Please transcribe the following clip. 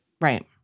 Right